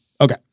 Okay